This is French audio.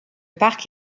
parc